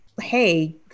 hey